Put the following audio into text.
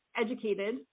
educated